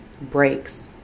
Breaks